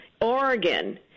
Oregon